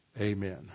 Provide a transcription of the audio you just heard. Amen